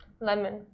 Lemon